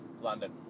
London